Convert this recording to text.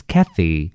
Kathy